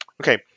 Okay